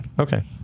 Okay